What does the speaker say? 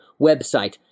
website